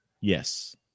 Yes